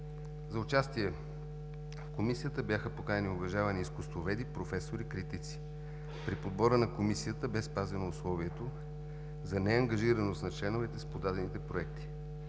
За участие в Комисията бяха поставени уважавани изкуствоведи, професори, критици. При подбора на Комисията бе спазено условието за неангажираност на членовете с подадените проекти.